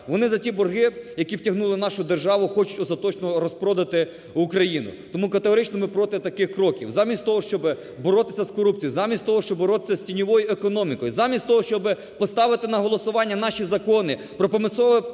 Вони за ті борги, в які втягнули нашу державу, хочуть остаточно розпродати Україну. Тому категорично ми проти таких кроків. Замість того, щоб боротися з корупцією, замість того, щоб боротися з тіньовою економікою, замість того, щоб поставити на голосування наші закони про примусове